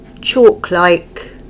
chalk-like